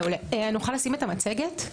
(מוקרנת מצגת)